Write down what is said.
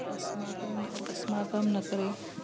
अस्माकं न अस्माकं नगरे